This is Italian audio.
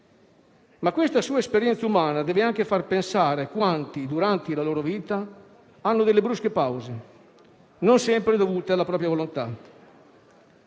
ma la sua esperienza umana deve far pensare a quanti durante la loro vita hanno subito delle brusche pause, non sempre dovute alla propria volontà.